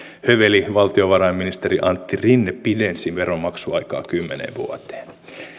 höveli valtiovarainministeri antti rinne pidensi veronmaksuaikaa kymmeneen vuoteen